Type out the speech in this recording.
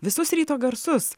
visus ryto garsus